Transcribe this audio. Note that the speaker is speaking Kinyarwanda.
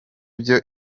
byo